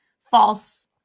False